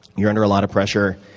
you're under a lot of pressure.